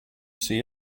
see